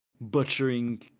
butchering